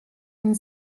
and